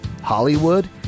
Hollywood